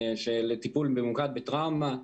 טיפול ממוקד בטראומה.